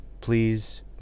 please